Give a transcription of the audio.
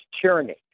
tyranny